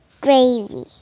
gravy